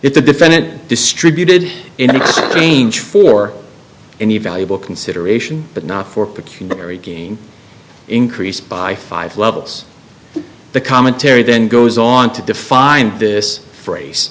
if the defendant distributed in exchange for any valuable consideration but not for peculiar again increased by five levels the commentary then goes on to define this phrase